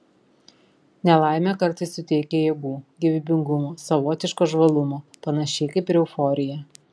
nelaimė kartais suteikia jėgų gyvybingumo savotiško žvalumo panašiai kaip ir euforija